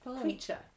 creature